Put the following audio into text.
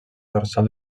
dorsal